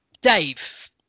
dave